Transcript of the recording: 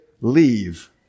leave